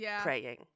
praying